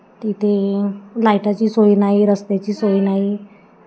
तिथे लायटाची सोयी नाही रस्त्याची सोयी नाही